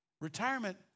Retirement